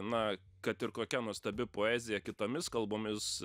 na kad ir kokia nuostabi poezija kitomis kalbomis